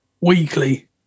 weekly